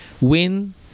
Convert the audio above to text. win